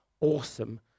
awesome